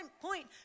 point